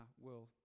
world